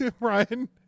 Ryan